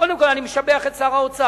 קודם כול, אני משבח את שר האוצר.